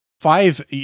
five